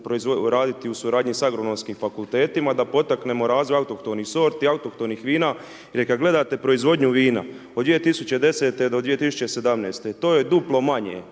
raditi u suradnji sa Agronomskim fakultetima da potaknemo razvoj autohtonim sorti, autohtonih vina jer kad gledate proizvodnju vina, od 2010. do 2017., to je duplo manje,